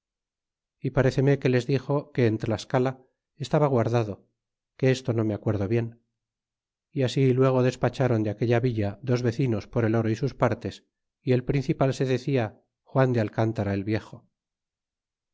y paréceme que les dixo que en tlascala estaba guardado que esto no me acuerdo bien é así luego despachron de aquella villa dos vecinos por el oro y sus partes y el principal se decia juan de alcántara el viejo